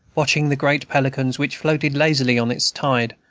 watching the great pelicans which floated lazily on its tide,